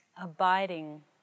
abiding